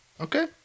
Okay